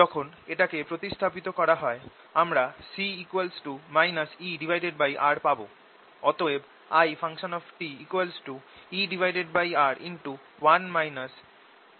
যখন এটাকে প্রতিস্থাপিত করা হয় আমরা C ER পাব অতএব ItER হবে